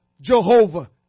Jehovah